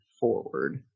forward